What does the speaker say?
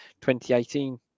2018